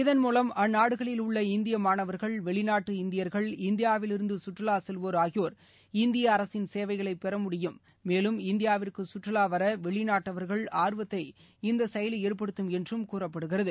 இதன் மூலம் அந்நாடுகளில் உள்ள இந்திய மாணவர்கள் வெளிநாட்டு இந்தியர்கள் இந்தியாவிலிருந்து சுற்றுலா செல்வோர் ஆகியோர் இந்திய அரசின் சேவைகளை பெற முடியும் மேலும் இந்தியாவிற்கு சுற்றுலா வர வெளிநாட்டவர்களுக்கு ஆர்வத்தை இந்த செயலி ஏற்படுத்தும் என்றும் கூறப்படுகிறது